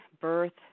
birth